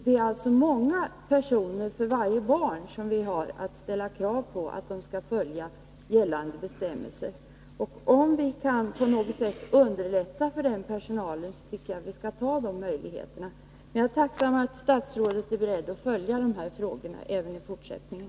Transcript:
Det är alltså många personer för varje barn som vi har att ställa krav på att de följer gällande bestämmelser. Om vi kan på något sätt kan underlätta för den personalen, tycker jag att vi skall ta de möjligheterna. Men jag är tacksam för att statsrådet är beredd att följa de här frågorna även i fortsättningen.